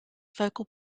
focal